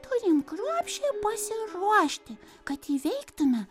turim kruopščiai pasiruošti kad įveiktume